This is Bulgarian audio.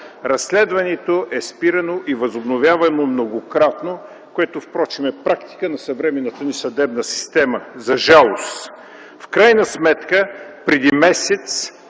Разследването е спирано и възобновявано многократно, което впрочем е практика на съвременната ни съдебна система, за жалост. В крайна сметка преди месец